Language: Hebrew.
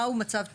מהו מצב טבע.